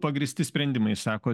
pagrįsti sprendimai sakot